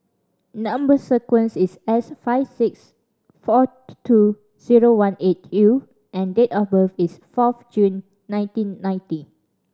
number sequence is S five six four two zero one eight U and date of birth is fourth June nineteen ninety